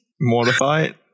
Mortified